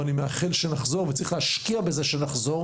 ואני מאחל שנחזור וצריך להשקיע בזה שנחזור